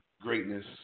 greatness